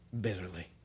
bitterly